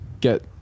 get